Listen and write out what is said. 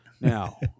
Now